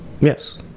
Yes